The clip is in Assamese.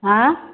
হাঁ